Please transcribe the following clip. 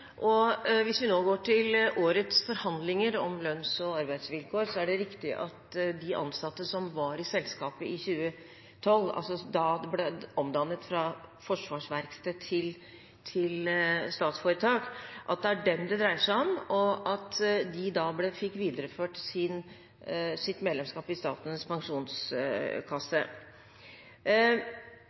Hvis vi går til årets forhandlinger om lønns- og arbeidsvilkår, er det riktig at det er de ansatte som var i selskapet i 2012, altså da det ble omdannet fra forsvarsverksted til statsforetak, det dreier seg om, og som fikk videreført sitt medlemskap i Statens pensjonskasse.